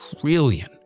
trillion